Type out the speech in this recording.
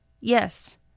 Yes